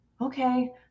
okay